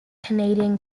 canadian